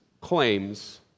claims